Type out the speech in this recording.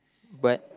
but